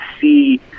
see